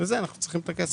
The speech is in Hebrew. אנו צריכים את הכסף.